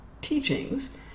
teachings